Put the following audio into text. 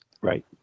Right